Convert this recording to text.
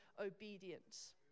obedience